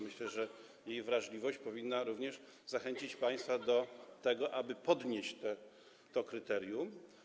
Myślę, że jej wrażliwość powinna również zachęcić państwa do tego, aby podnieść to kryterium.